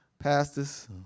Pastors